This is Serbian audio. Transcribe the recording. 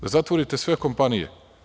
Zatvorite sve kompanije.